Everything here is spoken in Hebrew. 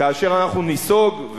כאשר אנחנו ניסוג,